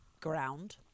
ground